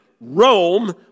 Rome